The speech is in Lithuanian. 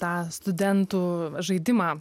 tą studentų žaidimą